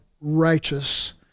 righteous